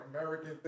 American